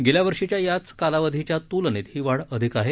गेल्या वर्षीच्या याच कालावधीच्या त्लनेत ही वाढ अधिक आहे